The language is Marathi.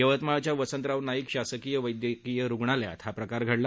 यवतमाळच्या वसंतराव नाईक शासकीय वध्कीय रुग्णालयात हा प्रकार घडला